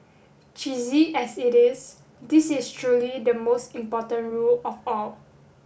cheesy as it is this is truly the most important rule of all